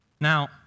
Now